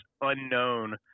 unknown